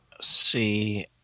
see